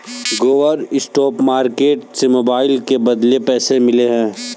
गौरव spot market से mobile के बदले पैसे लिए हैं